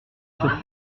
sur